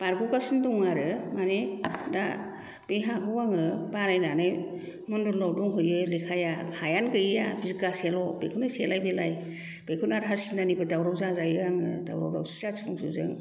बारग' गासिनो दं आरो मानि दा बे हाखौ आङो बानायनानै मण्डलनाव दंहैयो लेखाया हायानो गैया बिगासेल' बेखौनो सेलाय बेलाय बेखौनो आरो हा सिमानानिबो दावराव जाजायो आङो दावराव दावसि जाथि बंस'जों